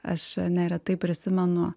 aš čia neretai prisimenu